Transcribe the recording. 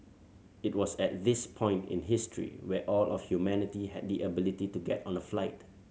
it was at this point in history where all of humanity had the ability to get on a flight